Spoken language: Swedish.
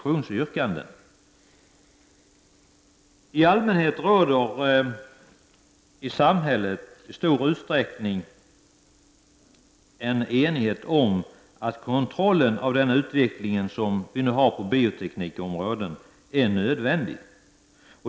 I allmänhet råder det i samhället i stor utsträckning en enighet om att den kontroll av utvecklingen som sker på biotekniksområdet är nödvändig.